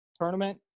tournament